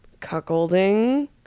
Cuckolding